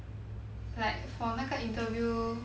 like for 那个 interview